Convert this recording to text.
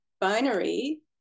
binary